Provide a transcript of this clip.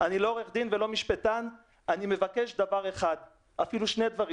אני לא עו"ד ואני לא משפטן אני מבקש שני דברים.